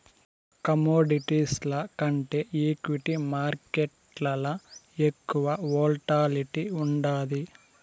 కమోడిటీస్ల కంటే ఈక్విటీ మార్కేట్లల ఎక్కువ వోల్టాలిటీ ఉండాది